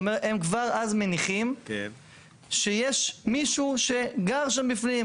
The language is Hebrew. הם כבר אז מניחים שיש מישהו שגר שם בפנים.